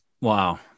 Wow